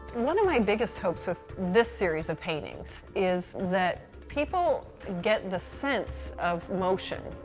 one of my biggest hopes with this series of paintings is that people get the sense of motion,